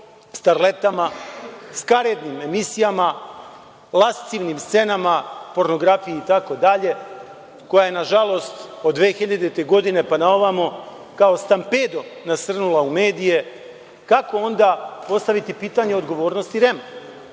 starletama, skaradnim emisijama, lascivnim scenama, pornografiji itd, koja je nažalost od 2000. godine, pa na ovamo kao stampedo nasrnula u medije, kako onda postaviti pitanje odgovornosti